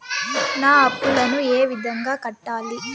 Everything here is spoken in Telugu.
నా అప్పులను ఏ విధంగా కట్టాలి?